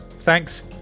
Thanks